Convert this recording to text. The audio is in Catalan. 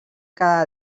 cada